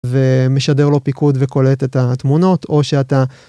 ומשדר לו פיקוד וקולט את התמונות, או שאתה...